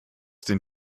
den